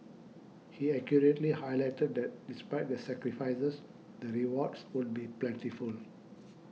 he accurately highlighted that despite the sacrifices the rewards would be plentiful